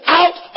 out